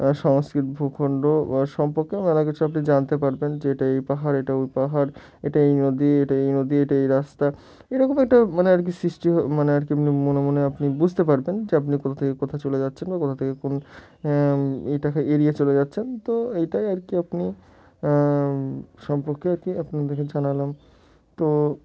সংস্কৃত ভূখণ্ড সম্পর্কে অনেক কিছু আপনি জানতে পারবেন যে এটা এই পাহাড় এটা ওই পাহাড় এটা এই নদী এটা এই নদী এটা এই রাস্তা এ রকম একটা মানে আর কি সৃষ্টি মানে আর কি আপনি মনে মনে আপনি বুঝতে পারবেন যে আপনি কোথা থেকে কোথা চলে যাচ্ছেন বা কোথা থেকে কোন এটা এরিয়ে চলে যাচ্ছেন তো এইটাই আর কি আপনি সম্পর্কে আর কি আপনাদেরকে জানালাম তো